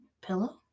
Pillow